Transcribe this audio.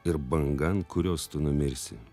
ir banga ant kurios tu numirsi